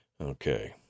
Okay